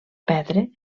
perdre